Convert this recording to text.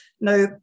Now